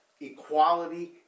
equality